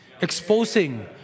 exposing